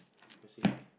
quite safe